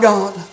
God